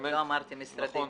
נכון.